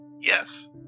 Yes